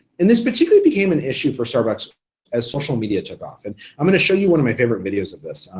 and this particularly became an issue for starbucks as social media took off, and i'm gonna show you one of my favorite videos of this.